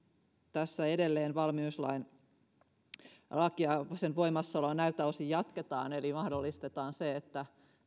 tässä edelleen valmiuslain voimassaoloa näiltä osin jatketaan eli mahdollistetaan se että